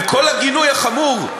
עם כל הגינוי החמור,